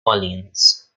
orleans